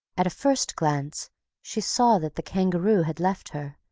at a first glance she saw that the kangaroo had left her,